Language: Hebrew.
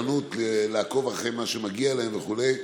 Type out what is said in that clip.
הערנות לעקוב אחרי מה שמגיע להם וכו'.